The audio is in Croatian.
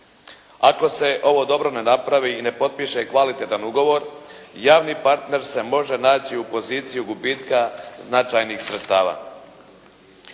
Ako se ovo dobro ne napravi i ne potpiše kvalitetan ugovor, javni partner se može naći u poziciji gubitka značajnih sredstava